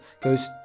goes